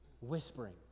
whispering